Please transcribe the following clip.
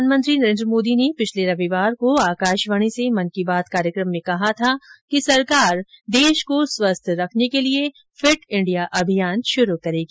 प्रधानमंत्री नरेन्द्र मोदी ने पिछले रविवार को आकाशवाणी से मन की बात कार्यक्रम में कहा था कि सरकार देश को स्वस्थ रखने के लिए फिट इंडिया अभियान शुरू करेगी